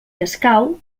escau